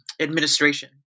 administration